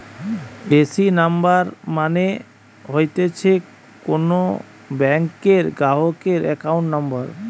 AC number মানে হতিছে কোন ব্যাংকের গ্রাহকের একাউন্ট নম্বর